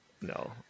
no